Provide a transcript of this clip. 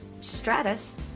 stratus